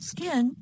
Skin